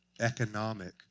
economic